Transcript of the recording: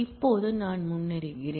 இப்போது நான் முன்னேறுகிறேன்